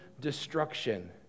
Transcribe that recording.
destruction